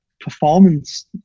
performance